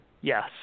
Yes